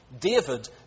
David